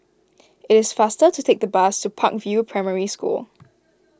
it is faster to take the bus to Park View Primary School